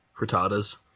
Frittatas